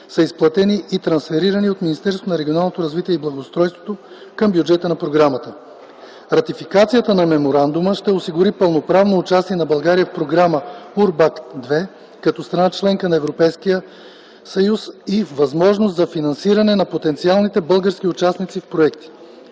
на регионалното развитие и благоустройството към бюджета на програмата. Ратификацията на Меморандума ще осигури пълноправно участие на България в програма „УРБАКТ ІІ” като страна – членка на Европейския съюз и възможност за финансиране на потенциалните български участници в проекти.